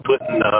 putting